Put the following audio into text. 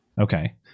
Okay